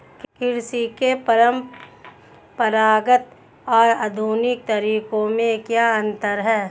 कृषि के परंपरागत और आधुनिक तरीकों में क्या अंतर है?